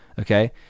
Okay